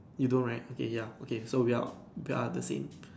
you don't right okay ya okay so we are we are the same